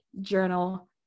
journal